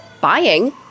buying